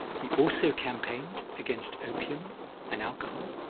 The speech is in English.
he also campaigned against opium and alcohol.